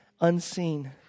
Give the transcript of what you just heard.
unseen